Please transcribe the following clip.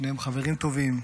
שניהם חברים טובים,